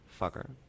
Fucker